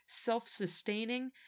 self-sustaining